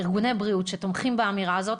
ארגוני בריאות שתומכים באמירה הזאת.